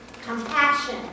compassion